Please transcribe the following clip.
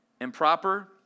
improper